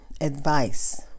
advice